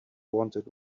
wanted